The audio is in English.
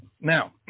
now